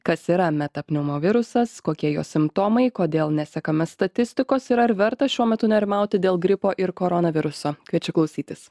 kas yra metapneumovirusas kokie jo simptomai kodėl nesekame statistikos ir ar verta šiuo metu nerimauti dėl gripo ir koronaviruso kviečiu klausytis